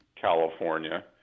california